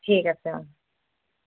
ঠিক আছে অঁ